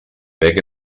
bec